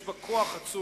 יש בה כוח עצום,